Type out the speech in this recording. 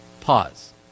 pause